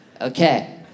Okay